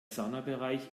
saunabereich